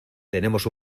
tenemos